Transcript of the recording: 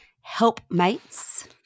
helpmates